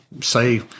say